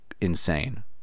insane